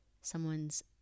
someone's